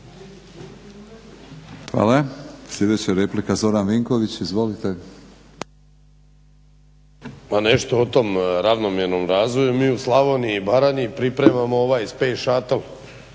Hvala. Sljedeća replika Zoran Vinković. Izvolite. **Vinković, Zoran (HDSSB)** Pa nešto o tom ravnomjernom razvoju. Mi u Slavoniji i Baranji pripremamo ovaj space shuttle